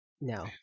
No